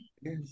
Yes